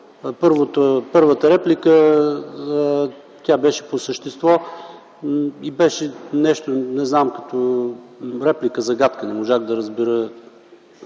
първата реплика – тя беше по същество и беше нещо, не знам какво – като реплика-загадка. Не можах да разбера